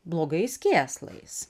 blogais kėslais